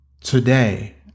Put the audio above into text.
Today